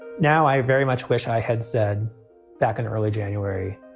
now, i very much wish i had said back in early january.